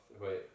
wait